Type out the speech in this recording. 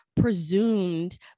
presumed